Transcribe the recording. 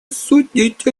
осудить